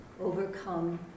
overcome